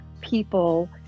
people